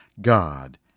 God